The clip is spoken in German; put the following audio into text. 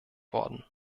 worden